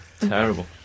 terrible